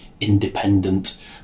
independent